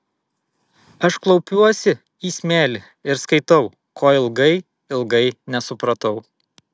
aš klaupiuosi į smėlį ir skaitau ko ilgai ilgai nesupratau